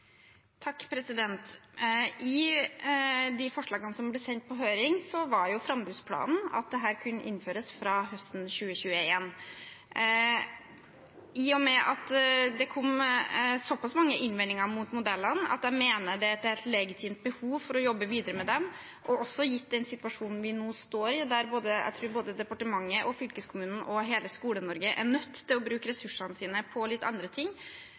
I de forslagene som ble sendt på høring, var jo framdriftsplanen at dette kunne innføres fra høsten 2021. I og med at det kom såpass mange innvendinger mot modellene at jeg mener det er et legitimt behov for å jobbe videre med dem, og også gitt den situasjonen vi nå står i, der jeg tror både departementet, fylkeskommunene og hele Skole-Norge er nødt til å bruke ressursene sine på litt andre ting,